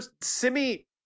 semi